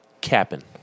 capping